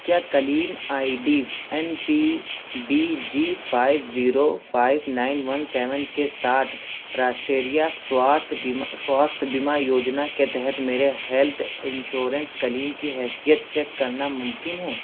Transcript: کیا claim I D F N P B G five zero five nine one seven کے ساتھ راشٹیریہ سواتھ بیمہ سواستھ بیمہ یوجنا کے تحت میرے ہیلتھ انشورنس کلیم کی حیثیت چیک کرنا ممکن ہے